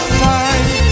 time